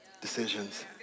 decisions